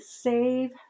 save